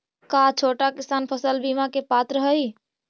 का छोटा किसान फसल बीमा के पात्र हई?